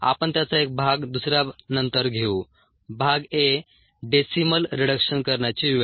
आपण त्याचा एक भाग दुसऱ्या नंतर घेऊ भाग a डेसिमल रिडक्शन करण्याची वेळ